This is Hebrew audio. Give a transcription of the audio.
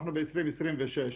אנחנו ב-2026.